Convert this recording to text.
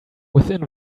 within